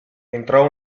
entrò